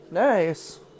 Nice